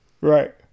Right